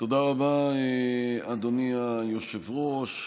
תודה רבה, אדוני היושב-ראש.